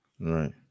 Right